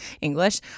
English